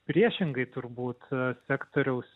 priešingai turbūt sektoriaus